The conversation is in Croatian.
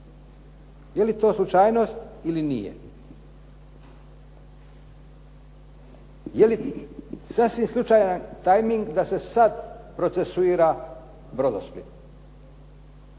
Je li to slučajnost ili nije? Je li sasvim slučajan tajming da se sada procesuira Brodosplit?